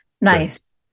nice